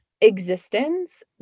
existence